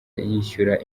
yishyura